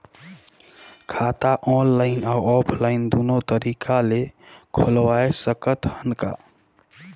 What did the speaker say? खाता ऑनलाइन अउ ऑफलाइन दुनो तरीका ले खोलवाय सकत हन का?